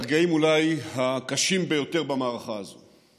ברגעים אולי הקשים ביותר במערכה הזאת.